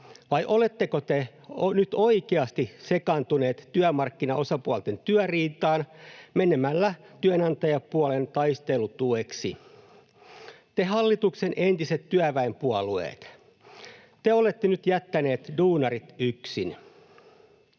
Vai oletteko te nyt oikeasti sekaantuneet työmarkkinaosapuolten työriitaan menemällä työnantajapuolen taistelutueksi? Hallituksen entiset työväenpuolueet, te olette nyt jättäneet duunarit yksin.